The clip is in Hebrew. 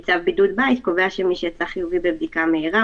פשוט אם אין היגיון בהגבלה או אין שוויון בהגבלה בעיניי זה לא ראוי.